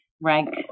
rank